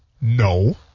No